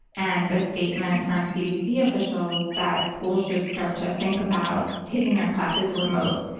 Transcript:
and the statement from cdc officials that schools should start to think about taking their classes remote.